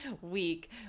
week